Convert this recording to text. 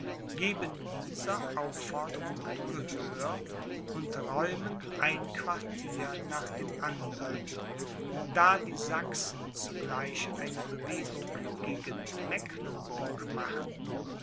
geben dieser aufforderung gehör und räumen ein quartier nach dem andern da die sachsen zugleich eine bewegung gegen mecklenburg machten